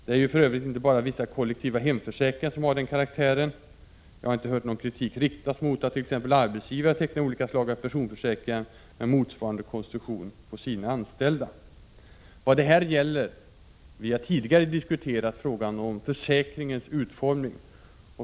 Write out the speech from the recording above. Det är för övrigt inte bara vissa kollektiva hemförsäkringar som har den karaktären. Jag har inte hört någon kritik riktas mot attt.ex. arbetsgivare tecknar olika slag av personförsäkringar med motsvarande konstruktion för sina anställda. Vi har tidigare diskuterat frågan om försäkringens utformning.